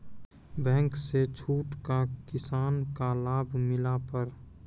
Bank से छूट का किसान का लाभ मिला पर?